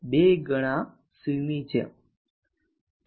2 ગણા C ની જેમ